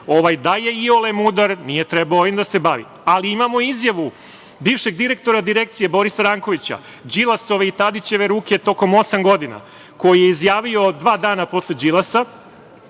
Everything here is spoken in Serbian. da je iole mudar, ovim da se bavi. Imamo izjavu bivšeg direktora Direkcije Borisa Rankovića – Đilasove i Tadićeve ruke tokom osam godina, koji je izjavio dva dana posle Đilasa,